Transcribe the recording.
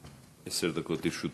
עשר דקות לרשותך.